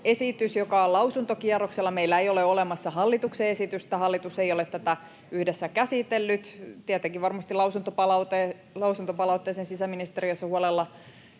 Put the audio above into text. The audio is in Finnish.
esitys, joka on lausuntokierroksella — meillä ei ole olemassa hallituksen esitystä. Hallitus ei ole tätä yhdessä käsitellyt. Tietenkin varmasti lausuntopalautteeseen sisäministeriössä huolella